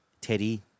Teddy